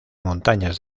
montañas